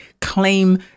claim